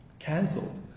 Cancelled